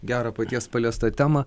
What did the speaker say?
gerą paties paliestą temą